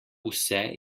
vse